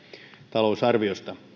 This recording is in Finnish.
talousarviosta